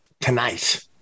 tonight